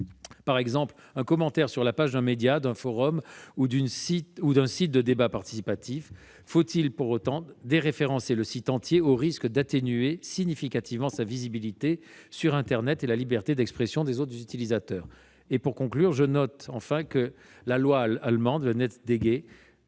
par exemple, à un commentaire sur la page d'un média, d'un forum ou d'un site consacré à des débats participatifs : faut-il pour autant déréférencer le site entier au risque d'atténuer significativement sa visibilité sur internet et la liberté d'expression des autres utilisateurs ? Pour conclure, je note que la loi allemande, la ,les